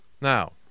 Now